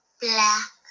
Black